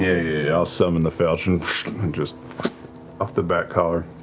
yeah. i'll summon the falchion and just off the back collar.